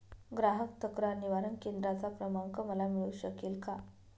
ग्राहक तक्रार निवारण केंद्राचा क्रमांक मला मिळू शकेल का?